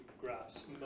graphs